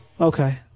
Okay